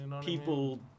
people